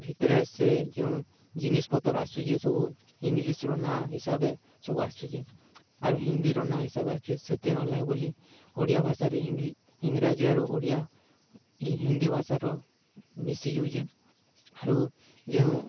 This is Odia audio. ଭିତ୍ରେ ସେ ଯେଉଁ ଜିନିଷ୍ ପତର୍ ଆସୁଚେ ସବୁ ଇଂଲିଶ୍ର ନାଁ ହିସାବେ ସବୁ ଆସୁଚେ ଆରୁ ହିନ୍ଦୀର ନାଁ ହିସାବ୍ରେ ଆସୁଚେ ସେଥିର ଲାଗି ବୋଲି ଓଡ଼ିଆ ଭାଷାରେ ଇଂରାଜୀ ଆରୁ ଓଡ଼ିଆ ଇ ହିନ୍ଦୀ ଭାଷାର ମିଶିଯାଉଚେ ଆରୁ ଯେଉଁ